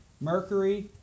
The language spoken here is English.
Mercury